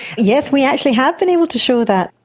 yes, we actually have been able to show that.